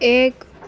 ایک